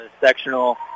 sectional